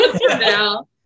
now